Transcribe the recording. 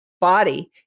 body